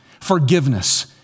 Forgiveness